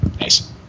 Nice